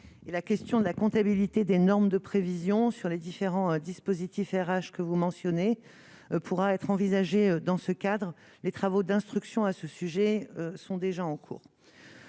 la question de la comptabilité des normes de prévisions sur les différents dispositifs RH que vous mentionnez pourra être envisagée dans ce cadre, les travaux d'instruction à ce sujet sont déjà en cours,